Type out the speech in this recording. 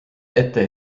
ette